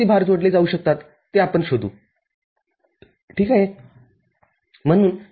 ६६ volt आहे आणि driver त्यावेळेस किती विद्युतधारा देऊ शकतो VCC वजा Vout म्हणजेच १